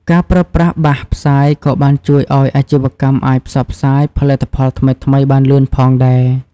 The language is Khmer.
ការប្រើប្រាស់បាសផ្សាយក៏បានជួយឱ្យអាជីវកម្មអាចផ្សព្វផ្សាយផលិតផលថ្មីៗបានលឿនផងដែរ។